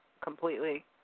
completely